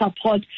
support